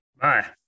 Bye